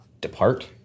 depart